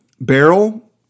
barrel